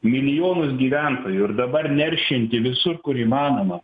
milijonus gyventojų ir dabar neršianti visur kur įmanoma